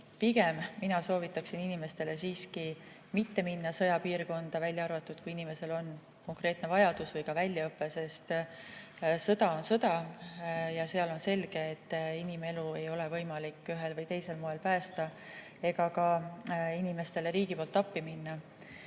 mina soovitan inimestele siiski mitte minna sõjapiirkonda, välja arvatud, kui inimesel on konkreetne vajadus või ka väljaõpe. Sest sõda on sõda ja seal on selge, et inimelu ei ole võimalik ühel või teisel moel päästa ega ka inimestele riigi poolt appi minna. Kuid